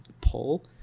pull